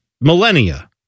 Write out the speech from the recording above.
millennia